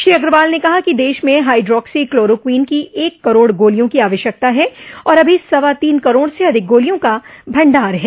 श्री अग्रवाल ने कहा कि देश में हाइड्रोक्सी क्लोरोक्वीन की एक करोड गोलियों की आवश्यकता है और अभी सवा तीन करोड़ से अधिक गोलियों का भण्डार है